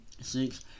six